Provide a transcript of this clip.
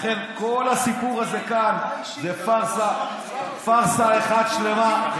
לכן כל הסיפור הזה כאן זה פארסה אחת שלמה.